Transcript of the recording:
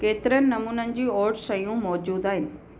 केतिरनि नमूननि जूं ओट्स शयूं मौजूदु आहिनि